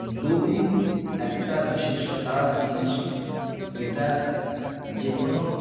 doping একটা বিশেষ খারাপ জিনিস এটা যে কোনো